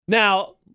Now